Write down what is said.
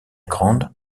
grande